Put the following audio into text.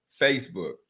facebook